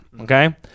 Okay